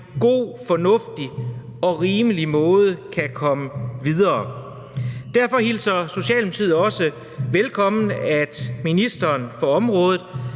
god, fornuftig og rimelig måde kan komme videre. Derfor hilser Socialdemokratiet det også velkommen, at ministeren for området